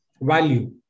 value